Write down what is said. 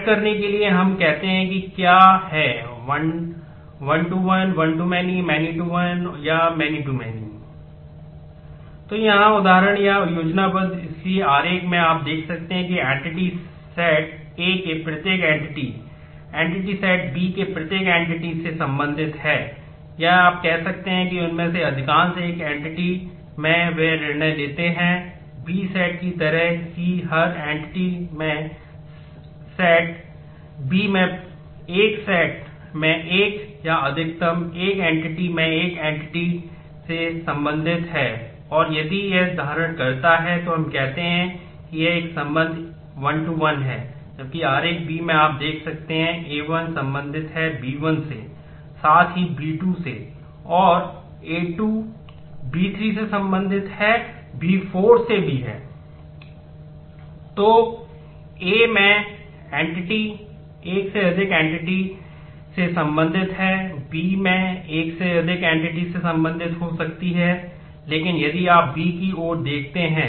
track करने के लिए और हम कहते हैं कि क्या है 1 to 1 1 to many many to 1 या many to many तो यहाँ उदाहरण या योजनाबद्ध इसलिए आरेख में आप देखते हैं कि एंटिटी सेट से संबंधित है और यदि यह धारण करता है तो हम कहते हैं कि यह संबंध 1 to 1 है जबकि आरेख B में आप देखते हैं कि a1 संबंधित है b1 से साथ ही b2 से और a2 b3 से संबंधित है b4 से भी है